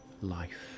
Life